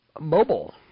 mobile